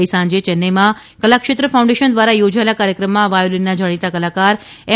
ગઇસાંજે ચેન્નાઇમાં કલાક્ષેત્ર ફાઉન્ડેશન દ્વારા યોજાયેલા કાર્યક્રમમાં વાયોલીનના જાણીતા કલાકાર એમ